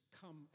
come